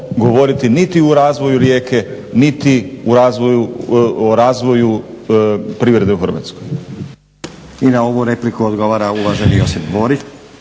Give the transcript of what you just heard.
govoriti niti o razvoju Rijeke niti o razvoju privrede u Hrvatskoj. **Stazić, Nenad (SDP)** I na ovu repliku odgovara uvaženi Josip Borić.